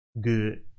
good